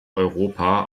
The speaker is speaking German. europa